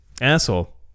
Asshole